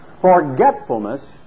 forgetfulness